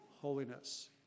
holiness